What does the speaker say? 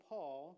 Paul